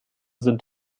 sind